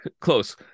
close